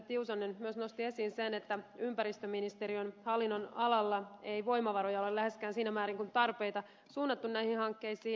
tiusanen myös nosti esiin sen että ympäristöministeriön hallinnonalalla ei voimavaroja ole läheskään siinä määrin kuin tarpeita on suunnattu näihin hankkeisiin